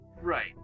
right